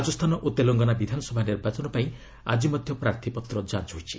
ରାଜସ୍ଥାନ ଓ ତେଲଙ୍ଗାନା ବିଧାନସଭା ନିର୍ବାଚନ ପାଇଁ ଆଜି ମଧ୍ୟ ପ୍ରାର୍ଥୀପତ୍ର ଯାଞ୍ଚ ହୋଇଛି